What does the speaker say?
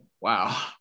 Wow